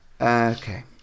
Okay